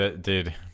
Dude